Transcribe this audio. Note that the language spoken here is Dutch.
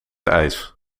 ijs